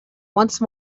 once